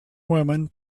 women